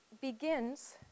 begins